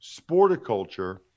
Sporticulture